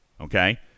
Okay